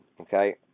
okay